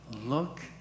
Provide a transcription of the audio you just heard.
look